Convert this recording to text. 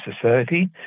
society